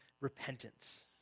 repentance